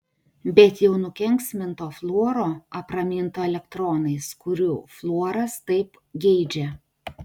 bet jau nukenksminto fluoro apraminto elektronais kurių fluoras taip geidžia